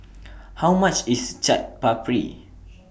How much IS Chaat Papri